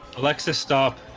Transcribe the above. alexis stop